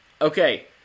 Okay